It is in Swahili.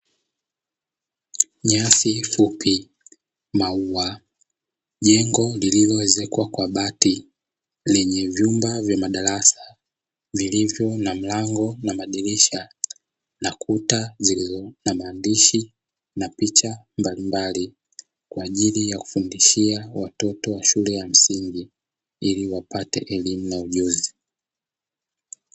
Nyasi fupi, maua, jengo lililoezekwa kwa bati lenye vyumba vya madarasa vilivyo na mlango na madirisha na kuta zilizo na maandishi na picha mbalimbali kwa ajili ya kufundishia watoto wa shule ya msingi ili wapate elimu na ujuzi.